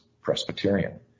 Presbyterian